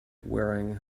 wearing